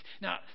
Now